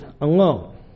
alone